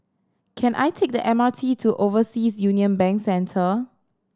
can I take the M R T to Overseas Union Bank Centre